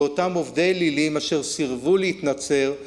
‫באותם עובדי אלילים ‫אשר סירבו להתנצר.